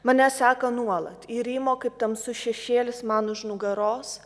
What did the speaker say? mane seka nuolat irimo kaip tamsus šešėlis man už nugaros